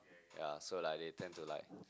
ya so like they tend to like